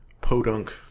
Podunk